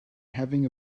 having